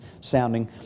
sounding